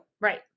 Right